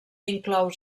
inclou